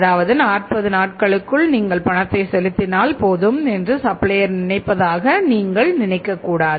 அதாவது 40 நாட்களுக்குள் நீங்கள் பணத்தை செலுத்தினால் போதும் என்று சப்ளையர் நினைப்பதாக நீங்கள் நினைக்கக் கூடாது